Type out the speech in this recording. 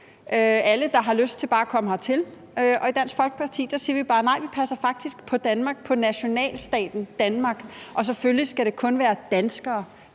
alle, der har lyst til bare at komme hertil. Og i Dansk Folkeparti siger vi bare nej, for vi passer faktisk på Danmark, på nationalstaten Danmark, og selvfølgelig skal det kun være danskere,